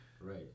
right